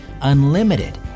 UNLIMITED